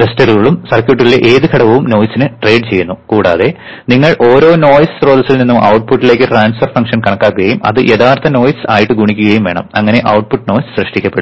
റെസിസ്റ്ററുകളും സർക്യൂട്ടിലെ ഏത് ഘടകവും നോയ്സ്നെ ട്രേഡ് ചെയ്യുന്നു കൂടാതെ നിങ്ങൾ ഓരോ നോയ്സ് സ്രോതസ്സിൽ നിന്നും ഔട്ട്പുട്ടിലേക്ക് ട്രാൻസ്ഫർ ഫംഗ്ഷൻ കണക്കാക്കുകയും അത് യഥാർത്ഥ നോയ്സ് ആയിട്ട് ഗുണിക്കുകയും വേണം അങ്ങനെ ഔട്ട്പുട്ട് നോയ്സ് സൃഷ്ടിക്കപ്പെടും